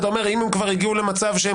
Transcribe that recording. אתה אומר: אם הם כבר הגיעו למצב שהם